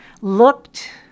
looked